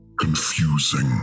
confusing